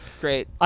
Great